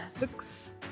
looks